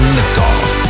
Liftoff